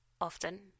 often